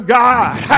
god